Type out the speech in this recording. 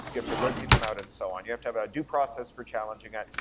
you have to rotate them out, and so on. you have to have a due process for challenging it.